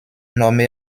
nommée